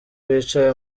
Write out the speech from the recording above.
bicaye